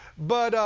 but,